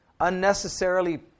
unnecessarily